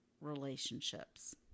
relationships